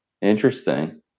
interesting